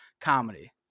comedy